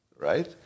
right